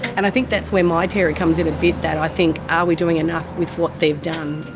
and i think that's where my terror comes in a bit that i think. are we doing enough with what they've done?